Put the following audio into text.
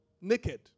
Naked